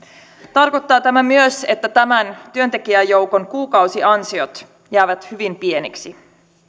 tarkoittaa tämä myös että tämän työntekijäjoukon kuukausiansiot jäävät hyvin pieniksi